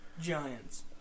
Giants